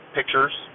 pictures